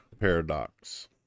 paradox